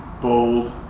bold